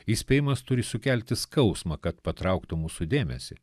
įspėjimas turi sukelti skausmą kad patrauktų mūsų dėmesį